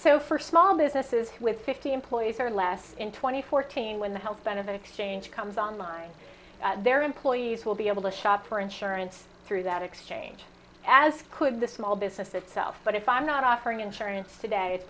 so for small businesses with fifty employees or less in two thousand and fourteen when the health benefit exchange comes on line their employees will be able to shop for insurance through that exchange as could the small business itself but if i'm not offering insurance today it's